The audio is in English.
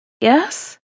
Yes